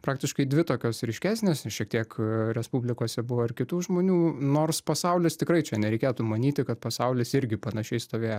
praktiškai dvi tokios ryškesnės šiek tiek respublikose buvo ir kitų žmonių nors pasaulis tikrai čia nereikėtų manyti kad pasaulis irgi panašiai stovėjo